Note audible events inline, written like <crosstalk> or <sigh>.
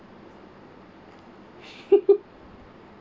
<laughs>